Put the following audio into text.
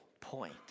point